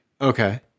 Okay